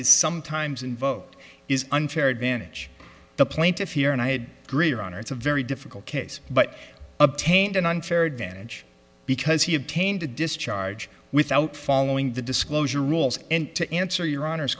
is sometimes invoked is unfair advantage the plaintiff here and i had greater honor it's a very difficult case but obtained an unfair advantage because he obtained a discharge without following the disclosure rules and to answer your honor